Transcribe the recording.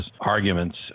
arguments